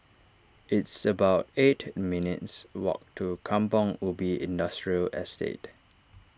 it's about eight minutes' walk to Kampong Ubi Industrial Estate